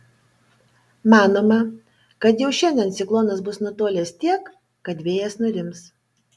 manoma kad jau šiandien ciklonas bus nutolęs tiek kad vėjas nurims